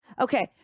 Okay